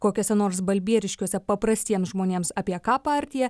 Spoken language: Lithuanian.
kokiuose nors balbieriškiuose paprastiems žmonėms apie ką partija